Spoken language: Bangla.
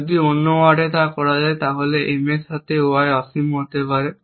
যদি অন্য ওয়ার্ডে তা করা যায় তাহলে M এর সাথে y অসীম হতে পারে